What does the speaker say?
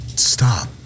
Stop